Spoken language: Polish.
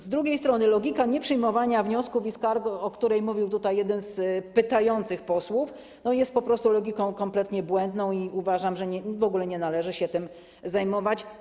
Z drugiej strony logika nieprzyjmowania wniosków i skarg, o której mówił tutaj jeden z pytających posłów, jest po prostu logiką kompletnie błędną i uważam, że w ogóle nie należy się tym zajmować.